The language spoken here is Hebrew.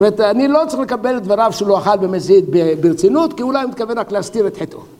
זאת אומרת, אני לא צריך לקבל את דבריו שלא אכל במזיד ברצינות, כי אולי הוא מתכוון רק להסתיר את חטאו.